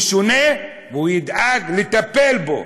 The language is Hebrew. הוא שונה, והוא ידאג לטפל בו.